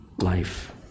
life